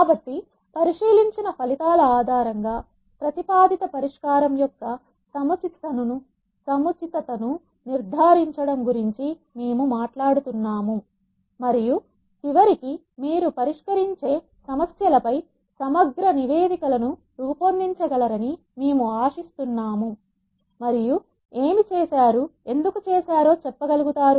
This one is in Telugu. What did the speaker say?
కాబట్టి పరిశీలించిన ఫలితాల ఆధారంగా ప్రతిపాదిత పరిష్కారం యొక్క సముచితతను నిర్ధారించడం గురించి మేము మాట్లాడుతున్నాము మరియు చివరికి మీరు పరిష్కరించే సమస్యలపై సమగ్ర నివేదికలను రూపొందించగలరని మేము ఆశిస్తున్నాము మరియు ఏమి చేశారుఎందుకు చేశారో చెప్పగలుగుతారు